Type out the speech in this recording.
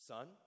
Son